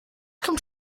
kommt